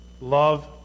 Love